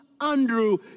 Andrew